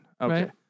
Okay